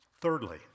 Thirdly